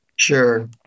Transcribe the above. Sure